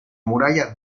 muralla